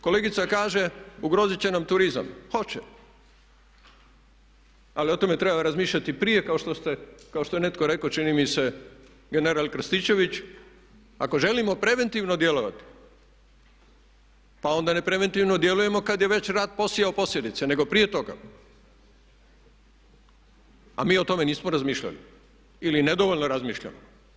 Kolegica kaže ugroziti će nam turizam, hoće ali o tome treba razmišljati prije kao što je netko rekao čini mi se general Krstičević ako želimo preventivno djelovati pa onda ne preventivno djelujemo kada je već rat posijao posljedice nego prije toga a mi o tome nismo razmišljali ili nedovoljno razmišljamo.